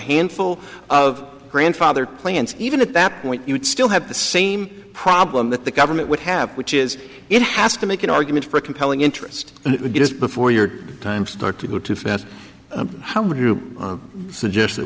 handful of grandfathered plans even at that point you would still have the same problem that the government would have which is it has to make an argument for a compelling interest just before your time start to go to fat how would you suggest that